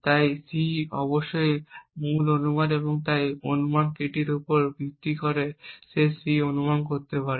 তাই C অবশ্যই মূল অনুমান এবং তাই অনুমান কীটির উপর ভিত্তি করে সে এই C অনুমান করতে পারে